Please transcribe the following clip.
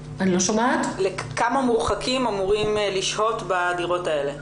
כמה מורחקים אמורים לשהות בדירות האלה?